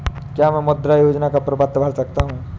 क्या मैं मुद्रा योजना का प्रपत्र भर सकता हूँ?